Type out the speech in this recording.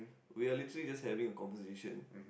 we're literally just having a conversation